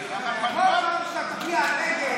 בכל פעם שתצביע נגד הימין,